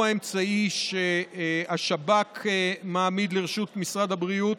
האמצעי שהשב"כ מעמיד לרשות משרד הבריאות,